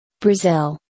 Brazil